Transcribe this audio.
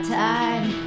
time